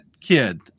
kid